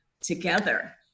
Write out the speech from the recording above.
together